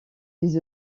des